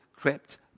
crept